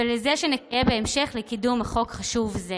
ולזה שיהיה בהמשך, לקידום החוק החשוב הזה.